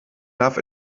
darf